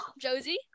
Josie